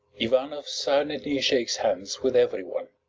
ivanoff silently shakes hands with every one.